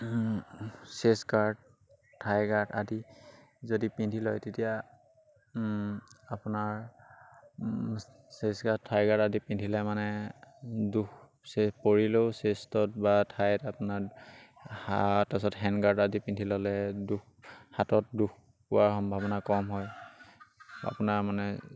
চেষ্ট guard thigh guard আদি যদি পিন্ধি লয় তেতিয়া আপোনাৰ চেষ্ট গাৰ্ড থাই গাৰ্ড আদি পিন্ধিলে মানে দুখ চে পৰিলেও চেষ্টত বা থাইত আপোনাৰ হা তাৰপিছত হেণ্ড গাৰ্ড আদি পিন্ধি ল'লে দুখ হাতত দুখ পোৱাৰ সম্ভাৱনা কম হয় আপোনাৰ মানে